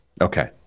Okay